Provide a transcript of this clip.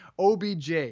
OBJ